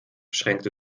schränkte